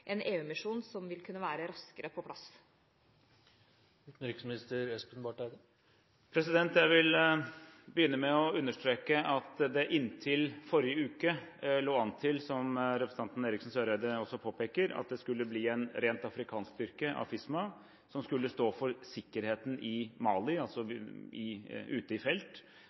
en EU-misjon som vil kunne være raskere på plass? Jeg vil begynne med å understreke at det inntil forrige uke lå an til, som representanten Eriksen Søreide også påpeker, at det skulle bli en ren afrikansk styrke, AFISMA, som skulle stå for sikkerheten i Mali ute i felt, mens det i